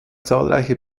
zahlreiche